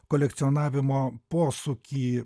kolekcionavimo posūkį